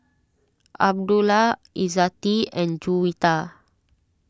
Abdullah Izzati and Juwita